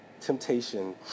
temptation